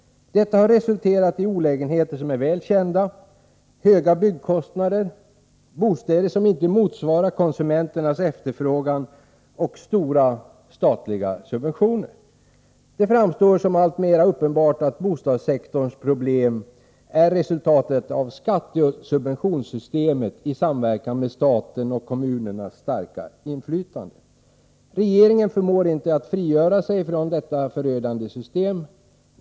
Detta har resulterat i olägenheter som är väl kända: höga byggkostnader, bostäder som inte motsvarar konsumenternas efterfrågan och stora statliga subventioner. Det framstår såsom alltmer uppenbart att bostadssektorns problem är resultatet av skatteoch subventionsystemet i samverkan med statens och kommunernas starka inflytande. Regeringen förmår inte frigöra sig från detta förödande system.